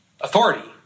authority